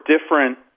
different